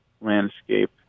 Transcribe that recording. landscape